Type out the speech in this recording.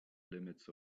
limits